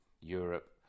europe